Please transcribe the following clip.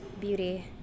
beauty